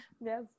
Yes